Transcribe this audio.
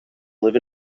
live